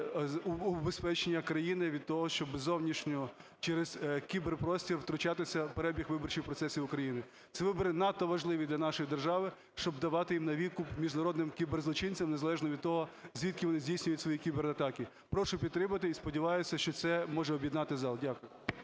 убезпечення країни від того, щоб зовнішньо через кіберпростір втручатися в перебіг виборчих процесів України. Ці вибори надто важливі для нашої держави, щоб давати їх на відкуп міжнародним кіберзлочинцям, незалежно від того, звідки вони здійснюють свої кібератаки. Прошу підтримати і сподіваюсь, що це може об'єднати зал. Дякую.